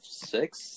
six